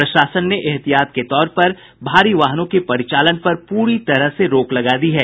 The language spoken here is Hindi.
प्रशासन ने एहतियात के तौर पर भारी वाहनों के परिचालन पर पूरी तरह रोक लगा दी है